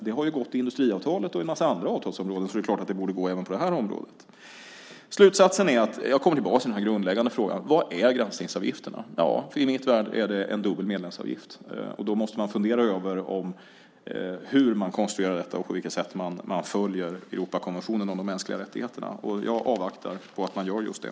Det har ju gått i industriavtalet och på en massa andra avtalsområden, så det är klart att det borde gå även på det här området. Slutsatsen är att jag kommer tillbaka till den grundläggande fråga: Vad är granskningsavgifterna? I min värld är det en dubbel medlemsavgift. Då måste man fundera över hur man konstruerar detta och på vilket sätt man följer Europakonventionen om de mänskliga rättigheterna, och jag avvaktar att man gör just det.